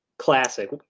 Classic